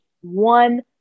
one